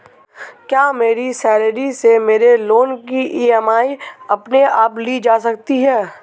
क्या मेरी सैलरी से मेरे लोंन की ई.एम.आई अपने आप ली जा सकती है?